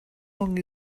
long